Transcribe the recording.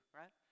right